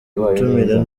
gutumira